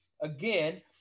Again